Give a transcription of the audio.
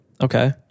Okay